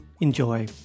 Enjoy